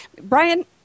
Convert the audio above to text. Brian